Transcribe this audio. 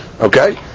Okay